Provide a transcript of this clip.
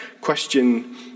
question